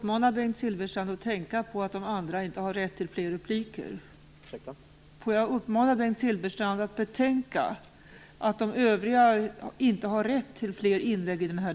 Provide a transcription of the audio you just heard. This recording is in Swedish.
Får jag uppmana Bengt Silfverstrand att betänka att de övriga medebattörerna inte har rätt till ytterligare inlägg.